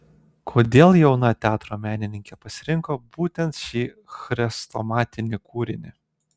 kodėl jauna teatro menininkė pasirinko būtent šį chrestomatinį kūrinį